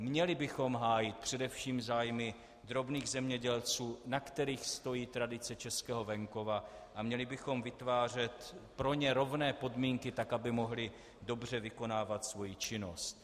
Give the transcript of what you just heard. Měli bychom hájit především zájmy drobných zemědělců, na kterých stojí tradice českého venkova, a měli bychom vytvářet pro ně rovné podmínky tak, aby mohli dobře vykonávat svoji činnost.